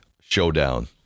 showdown